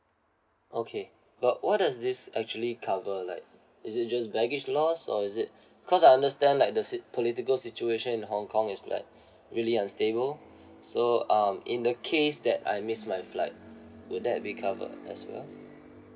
okay but what does this actually cover like is it just baggage loss or is it because I understand like the political situation in hong kong is like really unstable so um in the case that I miss my flight would that be covered as well